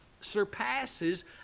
surpasses